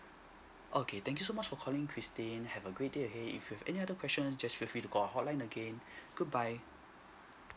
okay thank you so much for calling christine have a great day ahead if you have any other question just feel free to call our hotline again goodbye